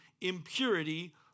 impurity